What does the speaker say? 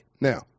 Now